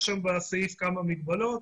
יש שם בסעיף כמה מגבלות,